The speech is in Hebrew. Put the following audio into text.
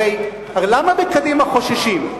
הרי למה בקדימה חוששים?